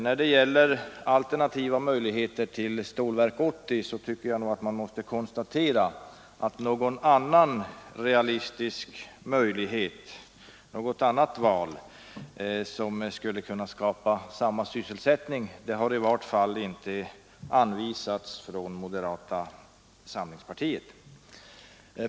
När det gäller alternativ till Stålverk 80 tycker jag nog att man måste konstatera att någon realistisk valmöjlighet som skulle kunna skapa samma sysselsättning i vart fall inte har anvisats från moderata samlingspartiet.